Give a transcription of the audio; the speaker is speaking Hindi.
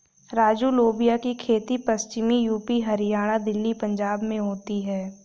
राजू लोबिया की खेती पश्चिमी यूपी, हरियाणा, दिल्ली, पंजाब में होती है